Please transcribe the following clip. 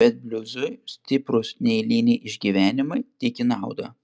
bet bliuzui stiprūs neeiliniai išgyvenimai tik į naudą